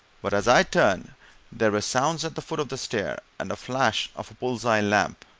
but as i turned there were sounds at the foot of the stair, and the flash of a bull's-eye lamp,